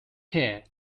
care